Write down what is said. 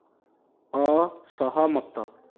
ଅସହମତ